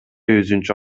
өзүнчө